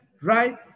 right